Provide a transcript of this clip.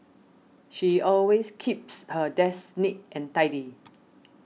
she always keeps her desk neat and tidy